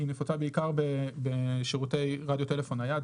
היא נפוצה בעיקר בשירותי רדיו-טלפון נייד,